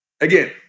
Again